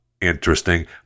interesting